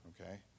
Okay